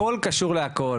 הכול קשור לכול.